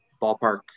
ballpark